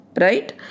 right